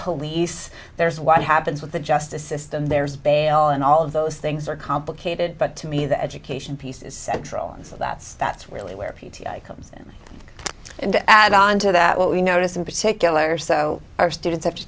police there is what happens with the justice system there is bail and all of those things are complicated but to me the education piece is central and so that's that's really where p t a comes in to add on to that what we notice in particular so our students have to